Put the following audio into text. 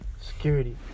Security